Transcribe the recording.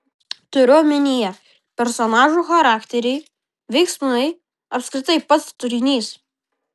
turiu omenyje personažų charakteriai veiksmai apskritai pats turinys